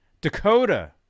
Dakota